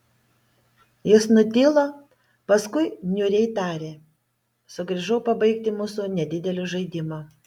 jis nutilo paskui niūriai tarė sugrįžau pabaigti mūsų nedidelio žaidimo